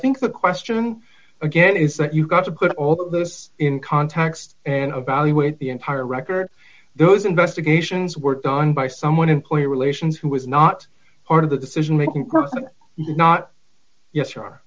think the question again is that you've got to put all this in context and of value with the entire record those investigations were done by someone employee relations who was not part of the decision making person not yes